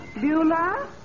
Beulah